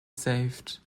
saved